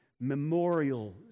memorials